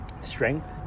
strength